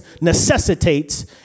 necessitates